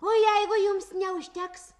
o jeigu jums neužteks